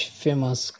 famous